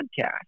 podcast